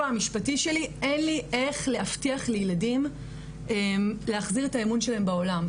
המשפטי שלי אין לי איך להבטיח לילדים להחסיר את האמון שלהם בעולם,